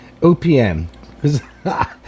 OPM